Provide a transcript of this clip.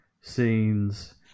scenes